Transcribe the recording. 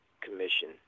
commission